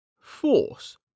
Force